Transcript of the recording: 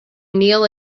kneel